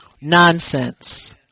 nonsense